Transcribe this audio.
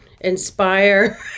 inspire